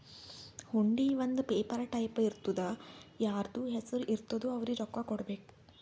ಹುಂಡಿ ಒಂದ್ paper type ಇರ್ತುದಾ ಯಾರ್ದು ಹೆಸರು ಇರ್ತುದ್ ಅವ್ರಿಗ ರೊಕ್ಕಾ ಕೊಡ್ಬೇಕ್